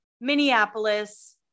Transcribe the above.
Minneapolis